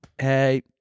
hey